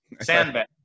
sandbag